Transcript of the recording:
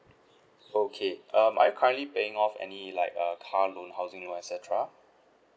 okay um are you currently paying off any like uh car loan housing loan et cetera